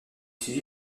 suivi